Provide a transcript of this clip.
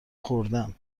خوردن